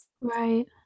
Right